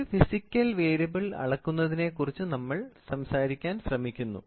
ഒരു physical variable അളക്കുന്നതിനെക്കുറിച്ച് സംസാരിക്കാൻ നമ്മൾ ശ്രമിക്കുന്നു